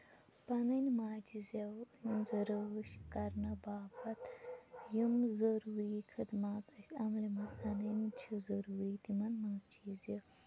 پَنٕنۍ ماجہِ زٮ۪و ہِنٛزٕ رٲچھ کَرنہٕ باپَتھ یِم ضٔروٗری خدمات اَسہِ عملہِ منٛز اَنٕنۍ چھِ ضٔروٗری تِمَن منٛز چھِ زِ